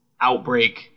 outbreak